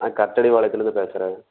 நான் கத்திரிவாளையத்துலிந்து பேசுகிறேன்